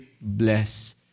bless